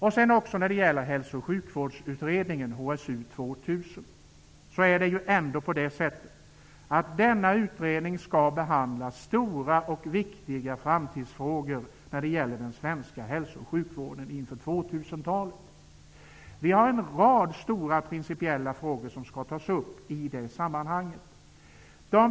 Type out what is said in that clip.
Det är också så att Hälso och sjukvårdsutredningen, HSU 2000, skall behandla stora och viktiga framtidsfrågor när det gäller den svenska hälso och sjukvården inför 2000-talet. En rad stora, principiella frågor skall tas upp i det sammanhanget.